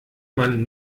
man